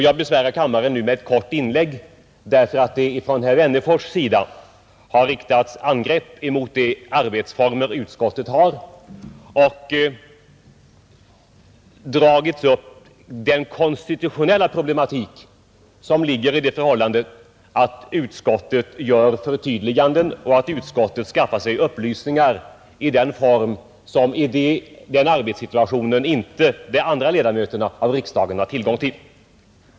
Jag besvärar kammaren nu med ett kort inlägg därför att herr Wennerfors har riktat angrepp mot de arbetsformer utskottet har och dragit upp den konstitutionella problematik som ligger i det förhållandet att utskottet gör förtydliganden och skaffar sig upplysningar som inte de andra ledamöterna av riksdagen har tillgång till.